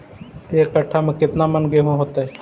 एक कट्ठा में केतना मन गेहूं होतै?